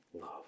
love